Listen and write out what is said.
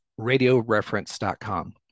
radioreference.com